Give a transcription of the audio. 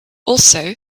also